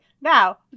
Now